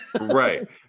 Right